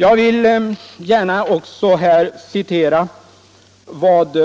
Jag vill här gärna också anföra vad